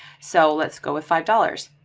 so let's go with five dollars.